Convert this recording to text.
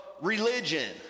religion